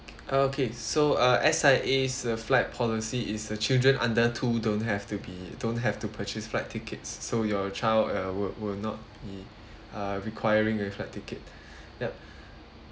uh okay so uh S_I_A's uh flight policy is the children under two don't have to be don't have to purchase flight tickets so your child uh will will not be uh requiring a flight ticket yup